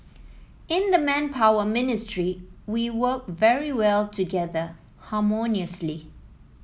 in the Manpower Ministry we work very well together harmoniously